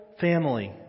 family